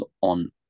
on